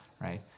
Right